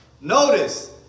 Notice